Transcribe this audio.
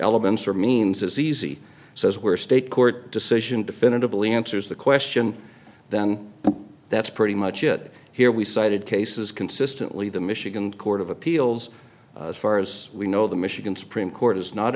elements or means as easy says where state court decision definitively answers the question then that's pretty much it here we cited cases consistently the michigan court of appeals far as we know the michigan supreme court does not